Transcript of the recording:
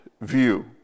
view